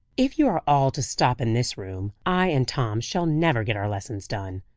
if you are all to stop in this room, i and tom shall never get our lessons done,